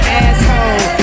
asshole